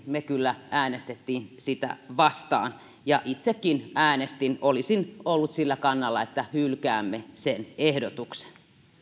me kyllä äänestimme sitä vastaan ja itsekin äänestin olisin ollut sillä kannalla että hylkäisimme sen ehdotuksen